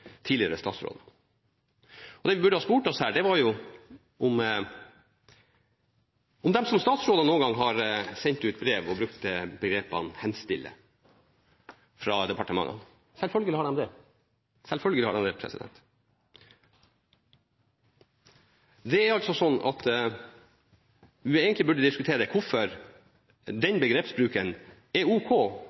tidligere statsråder. Det vi burde spurt oss om her, er om de som statsråder noen gang har sendt ut brev og brukt begrepet «henstille» fra departementene. Selvfølgelig har de det. Det er sånn at vi egentlig burde diskutere hvorfor den begrepsbruken er ok